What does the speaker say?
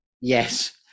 Yes